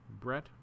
Brett